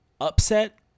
upset